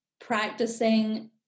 practicing